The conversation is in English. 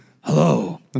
hello